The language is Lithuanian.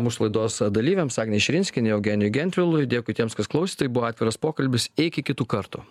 mūsų laidos dalyviams agnei širinskienei eugenijui gentvilui dėkui tiems kas klausė tai buvo atviras pokalbis iki kitų kartų